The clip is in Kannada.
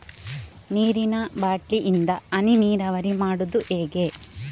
ನೀರಿನಾ ಬಾಟ್ಲಿ ಇಂದ ಹನಿ ನೀರಾವರಿ ಮಾಡುದು ಹೇಗೆ?